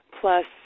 plus